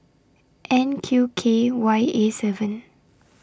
N Q K Y A seven